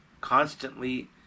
constantly